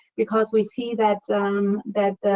because we see that um that